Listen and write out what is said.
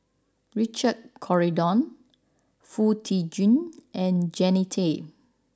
Richard Corridon Foo Tee Jun and Jannie Tay